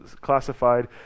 classified